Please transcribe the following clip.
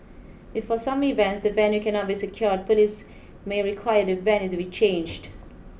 if for some events the venue cannot be secured police may require the venue to be changed